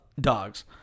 dogs